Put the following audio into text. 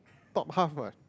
thought half what